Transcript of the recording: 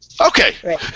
Okay